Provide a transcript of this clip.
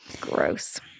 Gross